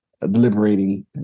Deliberating